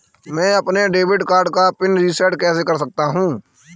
मैं अपने credit card का पिन रिसेट कैसे कर सकता हूँ?